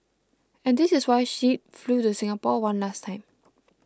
and this is why she flew to Singapore one last time